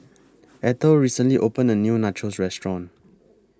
Ethel recently opened A New Nachos Restaurant